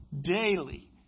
daily